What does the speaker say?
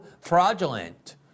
fraudulent